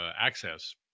access